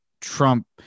Trump